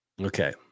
okay